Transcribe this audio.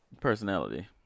personality